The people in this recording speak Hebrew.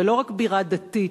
ולא רק בירה דתית,